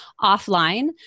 offline